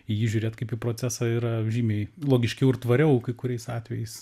į jį žiūrėt kaip į procesą yra žymiai logiškiau ir tvariau kai kuriais atvejais